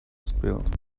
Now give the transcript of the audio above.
spilled